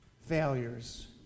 failures